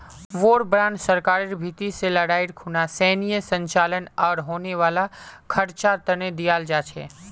war bond सरकारेर भीति से लडाईर खुना सैनेय संचालन आर होने वाला खर्चा तने दियाल जा छे